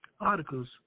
articles